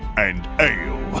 and ale!